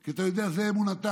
כי אתה יודע שזו אמונתם,